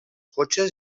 cotxes